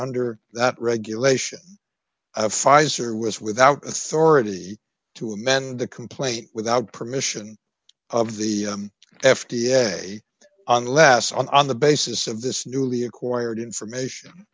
under that regulation pfizer was without authority to amend the complaint without permission of the f d a unless on the basis of this newly acquired information